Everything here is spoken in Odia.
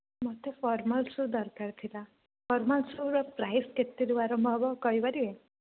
ମୋତେ ଫର୍ମାଲ ଶୁଜ ଦରକାର ଥିଲା ଫର୍ମାଲ ଶୁଜ ର ପ୍ରାଇସ କେତେ ରୁ ଆରମ୍ଭ ହେବ କହିପାରିବେ